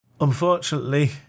Unfortunately